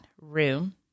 room